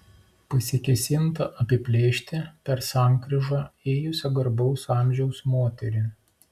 pasikėsinta apiplėšti per sankryžą ėjusią garbaus amžiaus moterį